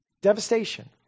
devastation